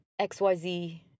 XYZ